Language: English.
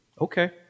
Okay